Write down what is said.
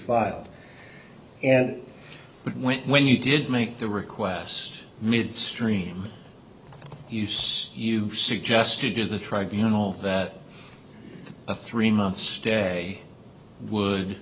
filed and when when you did make the request midstream use you suggested to the tribunals that a three month stay would